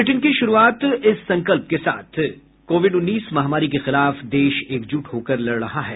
bulletin की शुरूआत इस संकल्प के साथ कोविड उन्नीस महामारी के खिलाफ देश एकजूट होकर लड़ रहा है